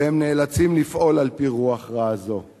והם נאלצים לפעול על-פי רוח רעה זו.